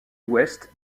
west